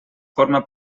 forma